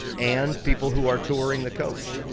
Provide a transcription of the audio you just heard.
and people who are touring the coach.